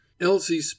Elsie